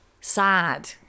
sad